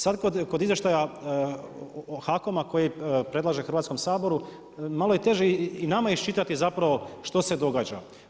Sada kod izvještaja HAKOM-a koji predlaže Hrvatskom saboru, malo je teže i nama iščitati zapravo što se događa.